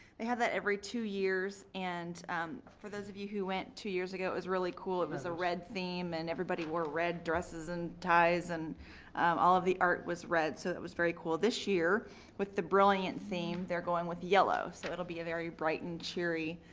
they have that every two years and for those of you who went two years ago, it was really cool. it was a red theme and everybody wore red dresses and ties and all of the art was red, so it was very cool. this year with the brilliant theme, they're going with yellow, so it will be a very bright and cheery